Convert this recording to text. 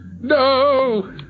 No